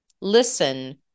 Listen